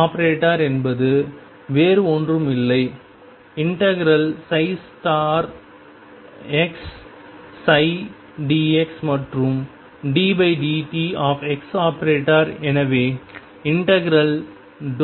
⟨x⟩ என்பது வேறு ஒன்றும் இல்லை ∫xψdx மற்றும் ddt⟨x⟩ எனவே ∫